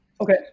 Okay